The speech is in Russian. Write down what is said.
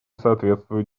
соответствуют